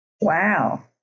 Wow